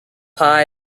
pie